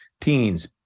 Teens